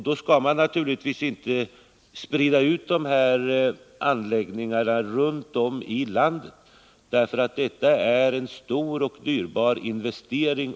Då skall man naturligtvis inte sprida dessa anläggningar runt om i landet, därför att en sådan teknik innebär en stor och dyrbar investering.